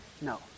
No